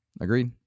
Agreed